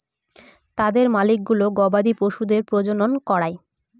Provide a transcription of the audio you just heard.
তাদের মালিকগুলো গবাদি পশুদের প্রজনন করায়